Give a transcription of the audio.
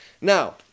Now